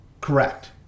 correct